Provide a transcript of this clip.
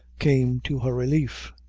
came to her relief.